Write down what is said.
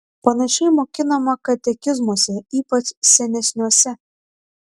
panašiai mokinama katekizmuose ypač senesniuose